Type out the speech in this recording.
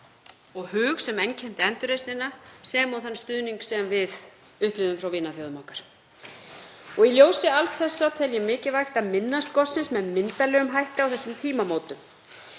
og hug sem einkenndi endurreisnina sem og þann stuðning sem við upplifðum frá vinaþjóðum okkar. Í ljósi alls þessa tel ég mikilvægt að minnast gossins með myndarlegum hætti á þessum tímamótum.